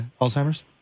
Alzheimer's